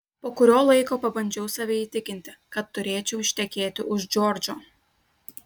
po kurio laiko pabandžiau save įtikinti kad turėčiau ištekėti už džordžo